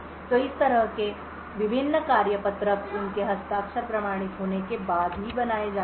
तो इस तरह से विभिन्न कार्यपत्रक उनके हस्ताक्षर प्रमाणित होने के बाद ही बनाए जाते हैं